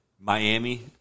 Miami